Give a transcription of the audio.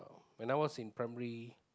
when I was in primary